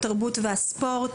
התרבות והספורט